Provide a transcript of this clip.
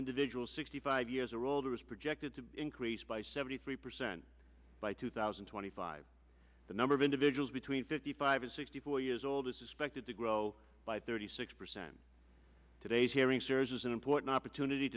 individuals sixty five years or older is projected to increase by seventy three percent by two thousand and twenty five the number of individuals between fifty five and sixty four years old is expected to grow by thirty six percent today's hearing serves as an important opportunity